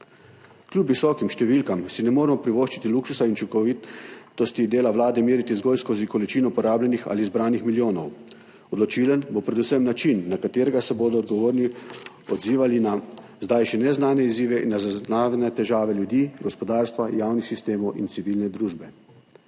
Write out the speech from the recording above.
Kljub visokim številkam si ne moremo privoščiti luksuza in učinkovitosti dela Vlade meriti zgolj skozi količino porabljenih ali zbranih milijonov. Odločilen bo predvsem način, na katerega se bodo odgovorni odzivali na zdaj še neznane izzive in na zaznane težave ljudi, gospodarstva, javnih sistemov in civilne družbe.